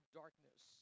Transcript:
darkness